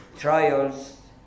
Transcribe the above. trials